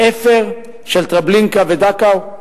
לאפר של טרבלינקה ודכאו?